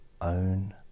own